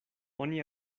oni